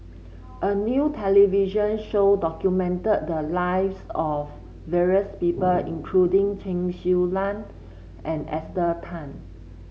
a new television show documented the lives of various people including Chen Su Lan and Esther Tan